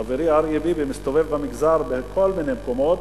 חברי אריה ביבי מסתובב במגזר בכל מיני מקומות